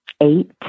eight